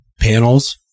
panels